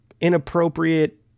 inappropriate